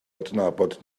adnabod